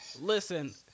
Listen